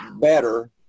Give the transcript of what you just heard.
better